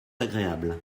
agréable